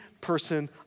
person